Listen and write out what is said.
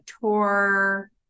tour